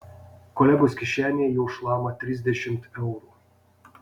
kolegos kišenėje jau šlama trisdešimt eurų